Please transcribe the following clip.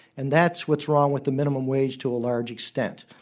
and that's what's wrong with the minimum wage to a large extent.